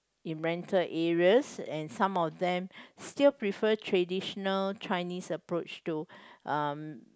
in rental areas and some of them still prefer traditional Chinese approach to